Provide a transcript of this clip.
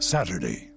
Saturday